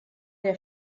der